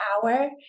power